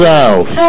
South